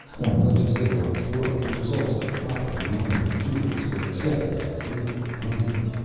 on most civilized worlds, the results of properly-monitored duels were accepted as legally binding.